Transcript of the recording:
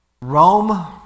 Rome